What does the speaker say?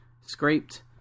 scraped